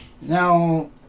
Now